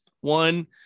one